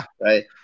right